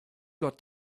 got